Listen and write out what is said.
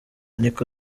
niko